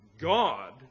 God